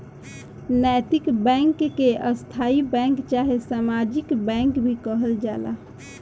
नैतिक बैंक के स्थायी बैंक चाहे सामाजिक बैंक भी कहल जाला